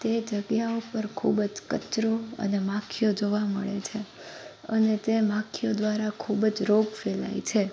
તે જગ્યાઓ પર ખૂબ જ કચરો અને માખીઓ જોવા મળે છે અને તે માખીઓ દ્વારા ખૂબ જ રોગ ફેલાય છે